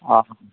অঁ